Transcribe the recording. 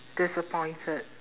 disappointed